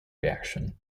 reaction